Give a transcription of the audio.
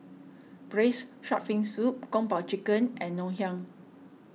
Braised Shark Fin Soup Kung Po Chicken and Ngoh Hiang